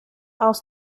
aus